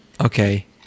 okay